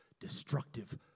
destructive